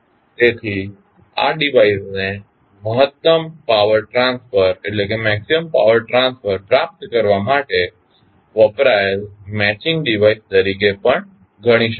તેથી આ ડિવાઇસને મહત્તમ પાવર ટ્રાન્સફર પ્રાપ્ત કરવા માટે વપરાયેલ મેચિંગ ડિવાઇસ તરીકે પણ ગણી શકાય